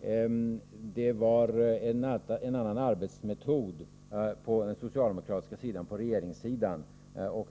Men det var en annan arbetsmetod på den socialdemokratiska sidan, på regeringssidan.